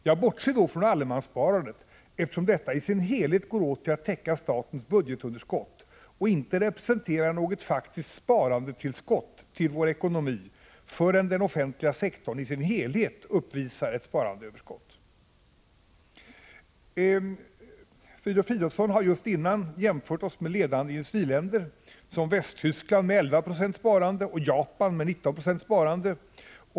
Jag bortser då från allemanssparandet, eftersom detta i sin helhet går åt till att täcka statens budgetunderskott och inte representerar något faktiskt sparandetillskott till vår ekonomi förrän den offentliga sektorn i sin helhet uppvisar ett sparandeöverskott. Filip Fridolfsson har just jämfört oss med ledande industriländer som Västtyskland med 11 96 sparande och Japan med 19 96 sparande.